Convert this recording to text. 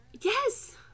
Yes